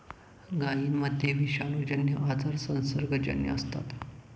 गायींमध्ये विषाणूजन्य आजार संसर्गजन्य असतात